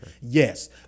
Yes